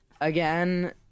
again